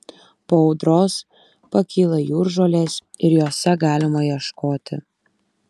po audros pakyla jūržolės ir jose galima ieškoti